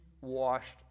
washed